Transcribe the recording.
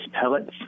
pellets